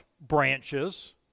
branches